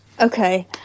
Okay